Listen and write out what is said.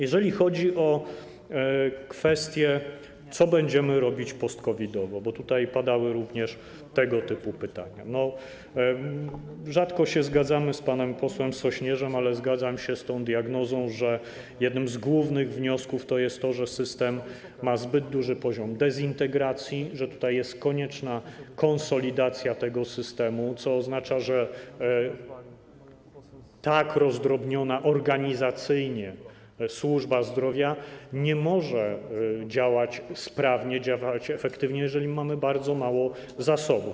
Jeżeli chodzi o kwestię tego, co będziemy robić post-covid-owo, bo tutaj padały również tego typu pytania, rzadko się zgadzamy z panem posłem Sośnierzem, ale zgadzam się z tą diagnozą, że jednym z głównych wniosków jest to, że system ma zbyt duży poziom dezintegracji, że tutaj jest konieczna konsolidacja tego systemu, co oznacza, że tak rozdrobniona organizacyjnie służba zdrowia nie może działać sprawnie, działać efektywnie, jeżeli mamy bardzo mało zasobów.